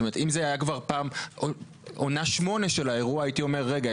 זאת אומרת שאם זה היה כבר עונה שמונה של האירוע הייתי אומר: רגע,